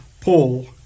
Paul